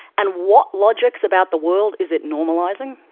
and what logics about the world is it normalising?